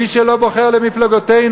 מי שלא בוחר למפלגותינו,